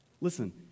Listen